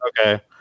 Okay